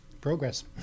Progress